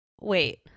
wait